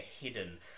hidden